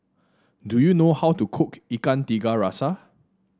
do you know how to cook Ikan Tiga Rasa